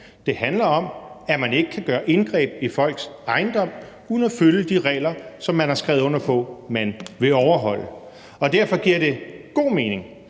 Det handler om, at man ikke kan gøre indgreb i folks ejendom uden at følge de regler, som man har skrevet under på man vil overholde. Derfor giver det god mening